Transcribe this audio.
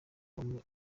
kubamo